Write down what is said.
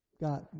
got